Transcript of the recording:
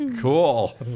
Cool